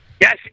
Yes